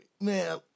man